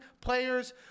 players